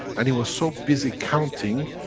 and he was so busy counting,